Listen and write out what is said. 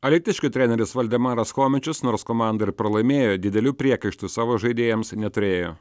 alytiškių treneris valdemaras chomičius nors komanda ir pralaimėjo didelių priekaištų savo žaidėjams neturėjo